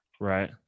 right